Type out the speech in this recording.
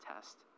test